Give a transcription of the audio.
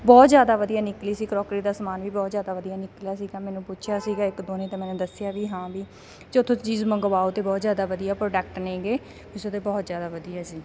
ਬਹੁਤ ਜ਼ਿਆਦਾ ਵਧੀਆ ਨਿਕਲੀ ਸੀ ਕਰੋਕਰੀ ਦਾ ਸਮਾਨ ਵੀ ਬਹੁਤ ਜ਼ਿਆਦਾ ਵਧੀਆ ਨਿਕਲਿਆ ਸੀਗਾ ਮੈਨੂੰ ਪੁੱਛਿਆ ਸੀਗਾ ਇੱਕ ਦੋ ਨੇ ਮੈਨੇ ਦੱਸਿਆ ਵੀ ਹਾਂ ਵੀ ਜਦੋਂ ਚੀਜ਼ ਮੰਗਵਾਓ ਅਤੇ ਬਹੁਤ ਜ਼ਿਆਦਾ ਵਧੀਆ ਪ੍ਰੋਟੈਕਟ ਨਹੀਂ ਗੇ ਮੀਸ਼ੋ ਦੇ ਬਹੁਤ ਜ਼ਿਆਦਾ ਵਧੀਆ ਜੀ